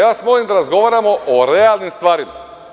Ja vas molim da razgovaramo o realnim stvarima.